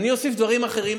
אני אוסיף דברים אחרים,